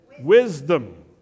wisdom